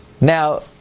Now